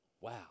wow